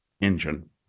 engine